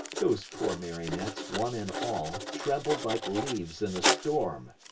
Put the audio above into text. those poor marionettes, one and all, trembled like leaves in a storm.